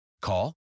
Call